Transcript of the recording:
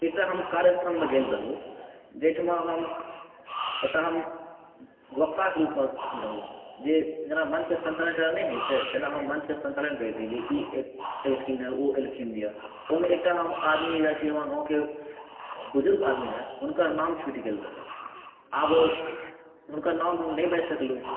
एकटा हम कार्यस्थलमे गेल रहुॅं जाहि ठमा हम ओतऽ हम वक्ताक रूपमे रहुॅं जे जेनाकि मञ्चके सञ्चालन करऽ नहि होइ छै तेना हम मञ्चके सञ्चालन करैत रही जे ई एलखिन हँ ओ एलखिन हँ यऽ ओहिमे एकटा हम आदमी रहै की हमर गाँवके बुजुर्ग आदमी रहै हुनकर नाम छुटि गेल रहै आब ओ हुनकर हम नाम नहि बाजि सकलहुॅं